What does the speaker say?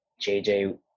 JJ